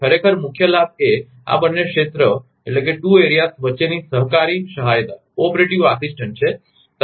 ખરેખર મુખ્ય લાભ એ આ બંને ક્ષેત્રો વચ્ચેની સહકારી સહાયતા છે